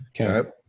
Okay